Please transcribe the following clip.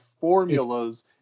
formulas